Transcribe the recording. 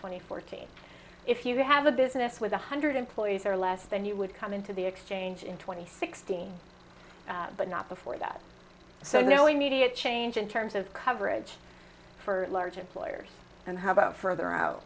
twenty four teams if you have a business with one hundred employees or less then you would come into the exchange in twenty sixteen but not before that so no immediate change in terms of coverage for large employers and how about further out